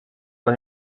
dla